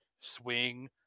swing